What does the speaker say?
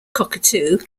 cockatoo